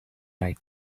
right